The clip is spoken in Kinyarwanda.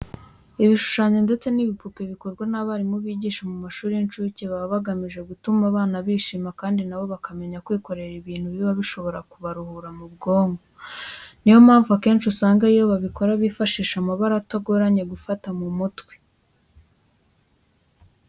Ibishushanyo ndetse n'ibipupe bikorwa n'abarimu bigisha mu mashuri y'incuke baba bagamije gutuma abana bishima kandi na bo bakamenya kwikorera ibintu biba bishobora kubaruhura mu bwonko. Niyo mpamvu akenshi usanga iyo babikora bifashisha amabara atagoranye gufata mu mutwe.